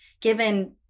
given